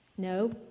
No